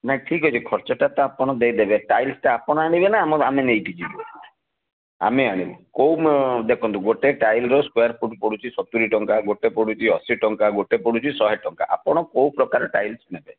ନାଇଁ ଠିକ୍ ଅଛି ଖର୍ଚ୍ଚଟା ତ ଆପଣ ଦେଇଦେବେ ଟାଇଲ୍ଟା ଆପଣ ଆଣିବେ ନା ଆମେ ଆମେ ନେଇକି ଯିବୁ ଆମେ ଆଣିବୁ କେଉଁ ଦେଖନ୍ତୁ ଗୋଟିଏ ଟାଇଲ୍ର ସ୍କୋୟାର୍ ଫୁଟ୍ ପଡ଼ୁଛି ସତୁରୀ ଟଙ୍କା ଗୋଟିଏ ପଡ଼ୁଛି ଅଶୀ ଟଙ୍କା ଗୋଟିଏ ପଡ଼ୁଛି ଶହେ ଟଙ୍କା ଆପଣ କେଉଁ ପ୍ରକାର ଟାଇଲ୍ସ୍ ନେବେ